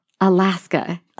Alaska